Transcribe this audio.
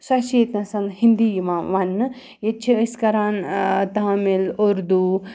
سۄ چھِ ییٚتہِ نَس ہِنٛدی یِوان وَننہٕ ییٚتہِ چھِ أسۍ کَران تامِل اُردوٗ